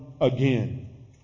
again